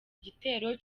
gitero